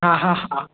हा हा हा